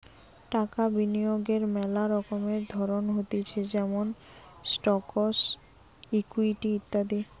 টাকা বিনিয়োগের মেলা রকমের ধরণ হতিছে যেমন স্টকস, ইকুইটি ইত্যাদি